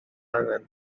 angen